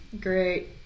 Great